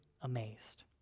amazed